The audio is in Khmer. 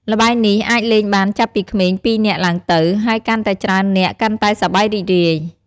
ល្បែងនេះអាចលេងបានចាប់ពីក្មេងពីរនាក់ឡើងទៅ ហើយកាន់តែច្រើននាក់ កាន់តែសប្បាយរីករាយ។